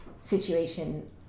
situation